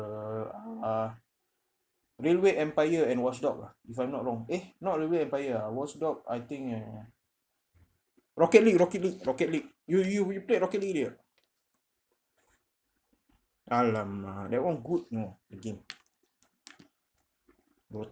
uh railway empire and watchdog ah if I'm not wrong eh not railway empire ah watchdog I think uh rocket league rocket league rocket league you you we played rocket league already [what] !alamak! that one good you know the game